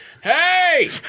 Hey